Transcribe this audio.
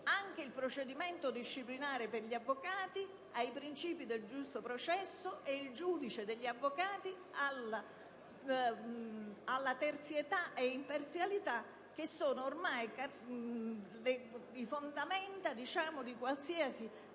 anche il procedimento disciplinare per gli avvocati ai princìpi del giusto processo e il giudice degli avvocati alla terzietà ed imparzialità, che costituiscono ormai le fondamenta di qualsiasi